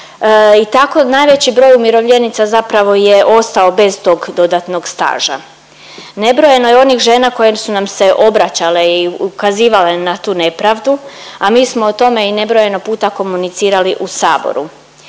i tako najveći broj umirovljenica zapravo je ostao bez tog dodatnog staža? Nebrojeno je onih žena koje su nam se obraćale i ukazivale na tu nepravdu, a mi smo o tome i nebrojeno puta komunicirali u Saboru.